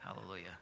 Hallelujah